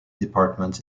departments